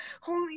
holy